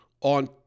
on